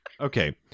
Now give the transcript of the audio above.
okay